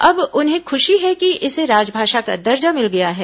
अब उन्हें खूशी है कि इसे राजभाषा का दर्जा मिल गया है